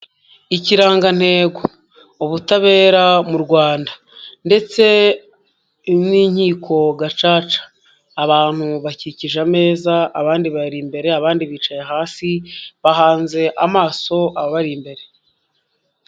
Ikirangantego ubutabera mu Rwanda ndetse n'inkiko gacaca, abantu bakikije ameza, abandi bari imbere, abandi bicaye hasi, bahanze amaso ababari imbere.